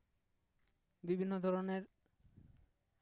ᱵᱤᱵᱷᱤᱱᱱᱚ ᱫᱷᱚᱨᱚᱱᱮᱨ